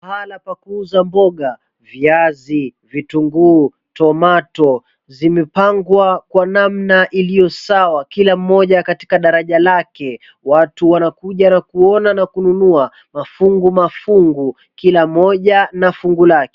Mahala pa kuuza mboga, viazi, vitunguu, tomato zimepangwa kwa namna iliyo sawa kila moja katika daraja lake. Watu wanakuja na kuona na kununua mafungu mafungu, kila mmoja na fungu lake.